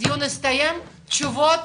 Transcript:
נקבל את התשובות